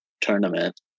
tournament